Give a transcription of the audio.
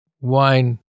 wine